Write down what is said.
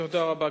תודה רבה.